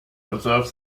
observe